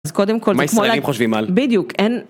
אז קודם כל זה כמו להגיד מה ישראלים חושבים על? בדיוק אין